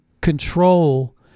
control